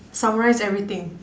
summarize everything